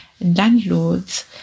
landlords